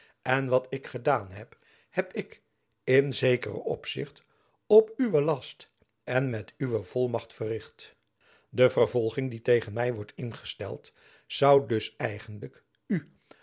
en wat ik gedaan heb heb ik in zekeren opzichte op uwen last en met uwe volmacht verricht de vervolging die tegen my wordt ingesteld zoû dus eigenlijk u